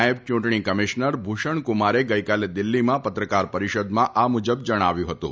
નાયબ ચૂંટણી કમિશનર ભુષણકુમારે ગઇકાલે દિલ્હીમાં પત્રકાર પરિષદમાં આ મુજબ જણાવ્યું હતું